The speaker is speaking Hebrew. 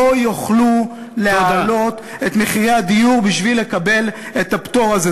לא יוכלו להעלות את מחירי הדיור בשביל לקבל את הפטור הזה.